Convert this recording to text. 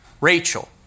Rachel